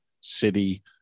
City